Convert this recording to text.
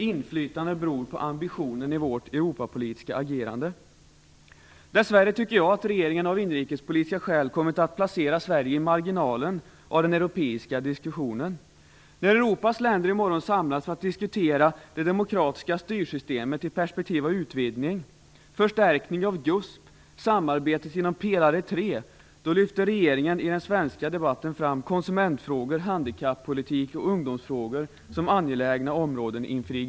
Inflytandet beror på ambitionen i vårt Europapolitiska agerande. Dess värre tycker jag att regeringen av inrikespolitiska skäl kommit att placera Sverige i marginalen av den europeiska diskussionen. När Europas länder i morgon samlas för att diskutera det demokratiska styrsystemet i perspektiv av utvidgning, förstärkning av just samarbetet inom pelare 3, då lyfter regeringen i den svenska debatten fram konsumentfrågor, handikappolitik och ungdomsfrågor som angelägna områden inför IGC.